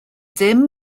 dim